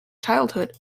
childhood